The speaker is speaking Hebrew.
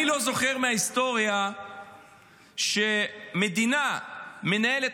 אני לא זוכר מההיסטוריה שמדינה מנהלת